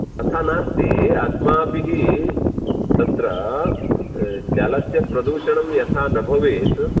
तथा नास्ति अस्माभिः तत्र जलस्य प्रदूषणं यथा न भवेत्